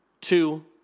two